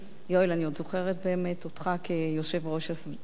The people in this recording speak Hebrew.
אני עוד זוכרת אותך באמת כיושב-ראש השדולה,